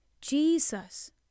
Jesus